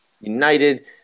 United